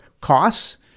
costs